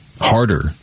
harder